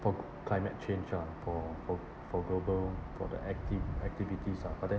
for climate change lah for for for global for the activ~ activities ah but then